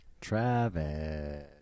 Travis